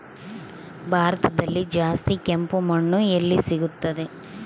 ಭಾರತದಲ್ಲಿ ಜಾಸ್ತಿ ಕೆಂಪು ಮಣ್ಣು ಎಲ್ಲಿ ಸಿಗುತ್ತದೆ?